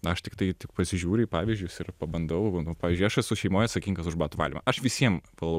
aš tiktai tik pasižiūriu į pavyzdžius ir pabandau va nu pavyzdžiui aš esu šeimoj atsakingas už batų valymą aš visiem valau